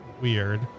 weird